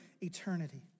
eternity